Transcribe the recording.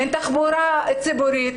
אין תחבורה ציבורית,